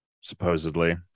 supposedly